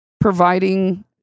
providing